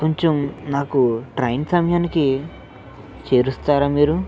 కొంచెం నాకు ట్రైన్ సమయానికీ చేరుస్తారా మీరూ